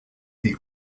the